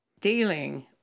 dealing